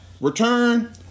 return